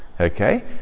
Okay